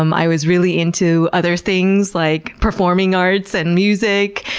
um i was really into other things like performing arts and music.